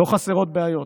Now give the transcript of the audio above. שלא חסרות בעיות